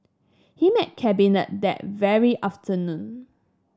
he met Cabinet that very afternoon